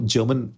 German